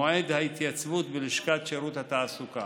מועד ההתייצבות בלשכת שירות התעסוקה.